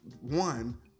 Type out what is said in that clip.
One